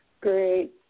Great